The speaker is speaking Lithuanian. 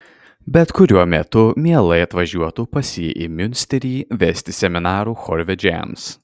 bet kuriuo metu mielai atvažiuotų pas jį į miunsterį vesti seminarų chorvedžiams